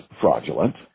fraudulent